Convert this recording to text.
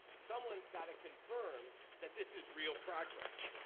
someone's got to confirm that this is real progress.